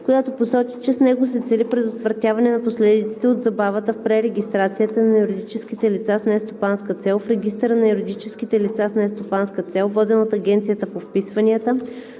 която посочи, че с него се цели предотвратяване на последиците от забавата в пререгистрацията на юридическите лица с нестопанска цел в Регистъра на юридическите лица с нестопанска цел, воден от Агенцията по вписванията,